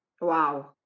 Wow